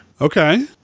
Okay